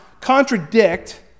contradict